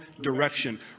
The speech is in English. direction